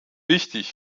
wichtig